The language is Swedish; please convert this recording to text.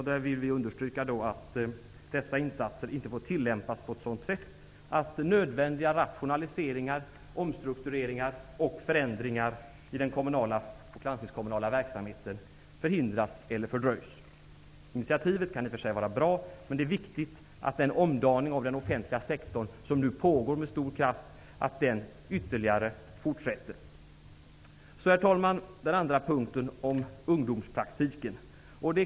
Där vill vi understryka att dessa insatser inte får göras på ett sådant sätt att nödvändiga rationaliseringar, omstruktureringar och förändringar i den kommunala och landstingskommunala verksamheten förhindras eller fördröjs. Initiativet kan i och för sig vara bra, men det är viktigt att den omdaning av den offentliga sektorn som nu pågår med stor kraft ytterligare fortsätter. Så, herr talman, den andra punkten -- om ungdomspraktiken.